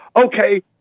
okay